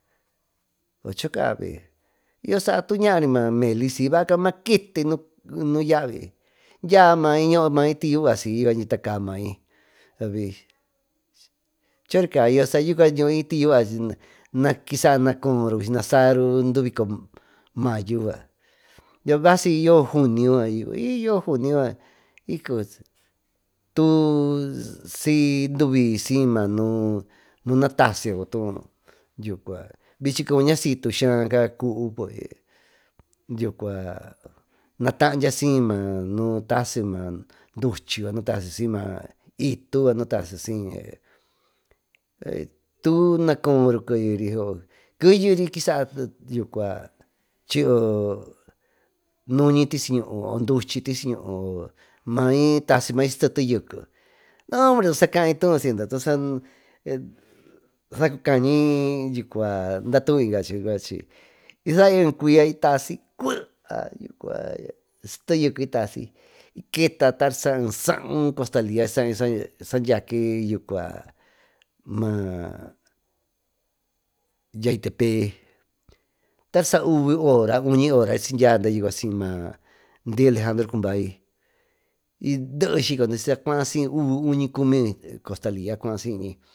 Ocho'o kavii xo'o xa'a tuñanrí ma'a melixiva kamakitii nuu, nu'u ya'a vii ya'a ma'a ñoo ñatii vaxí, ndekama'í ndavii chekayuu nayixa'a ñuu'í tivax nakixana ko'ón yuninaxanru nuu ndikó, mayu'a nixayo junió ahi yo'o junio va'a ikox tuu xii nduvii xima'a nuu nuna taxhiu tuun, yuu kua vichi kuña'a xhituu xha'a kaka kuu ngué to'o kua mataya xii ma'a nuu ta'a ximan nduchió nutaxii xima'an ituu nutaxia xinke hetun nako'o inrió yunrio nikixa'a yuu kuá chi'o nuni xiñuu tichi'i onduu nduchí tixhi'i hó ma'í taix toyokó ndobono akai yuxii nduxuá nduu xakañii, inyikua ndatui naxhiká ixai kuia itaxí kua'aya kuaya extayuu kitaxí ketar xa'a xa xa'an yiar xain yaykeyu kuán ma'a yeitepec, taxa uu hora uñi hora yande nuu kua xima'a ndirje ake'e kunvaí hi ndoxhí maki xakuaí uu komi koxtalia kuanxini.